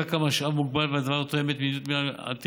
הקרקע היא משאב מוגבל והדבר תואם את מדיניות מינהל